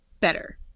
better